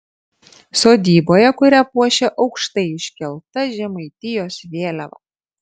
sodyboje kurią puošia aukštai iškelta žemaitijos vėliava